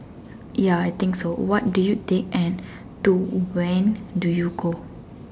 ya I think so what do you take and to when do you go